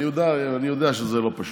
אני יודע שזה לא פשוט.